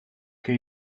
che